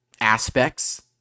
aspects